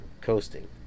coasting